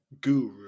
Guru